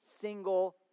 single